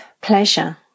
pleasure